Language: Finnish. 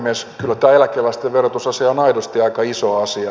kyllä tämä eläkeläisten verotusasia on aidosti aika iso asia